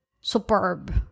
superb